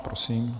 Prosím.